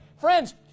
Friends